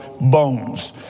Bones